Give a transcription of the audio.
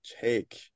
take